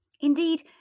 Indeed